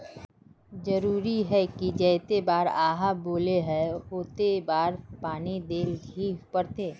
जरूरी है की जयते बार आहाँ बोले है होते बार पानी देल ही पड़ते?